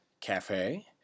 cafe